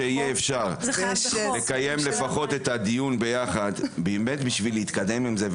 לפחות לקיים את הדיון יחד כדי להתקדם עם זה.